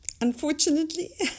unfortunately